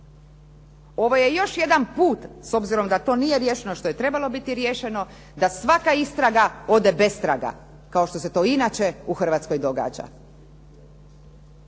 Ovo je još jedan put s obzirom da to nije riješeno što je trebalo biti riješeno da svaka istraga ode bez traga kao što se to inače u Hrvatskoj događa.